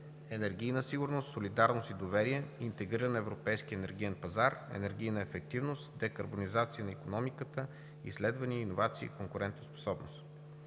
енергийна сигурност, солидарност и доверие; интегриран европейски енергиен пазар; енергийна ефективност; декарбонизация на икономиката; изследвания, иновации и конкурентоспособност.